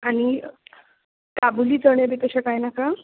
आनी काबूली चणे बी तशे काय नाका